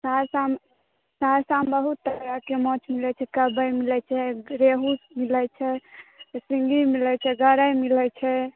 सहरसामे सहरसामे बहुत तरहके माछ मिलै छै कवइ मिलै छै रेहु मिलै छै सिन्घी मिलै छै गरइ मिलै छै